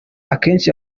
akenshi